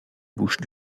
bouches